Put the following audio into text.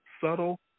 subtle